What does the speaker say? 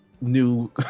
new